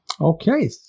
Okay